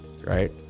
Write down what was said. Right